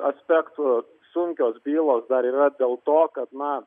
aspektu sunkios bylos dar yra dėl to kad na